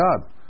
God